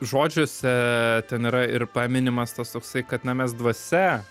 žodžiuose ten yra ir paminimas tas toksai kad na mes dvasia